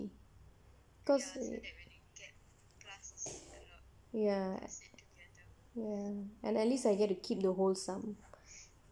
cause ya ya and at least I get to keep the whole sum